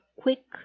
quick